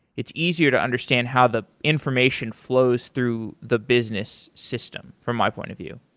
it's easier to understand how the information flows through the business system from my point of view.